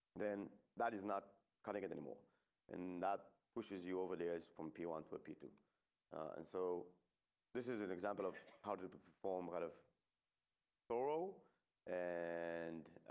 then that is not cutting it anymore and that pushes you over layers from p one to p two and so this is an example of how to perform have? thorough and